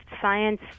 science